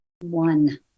one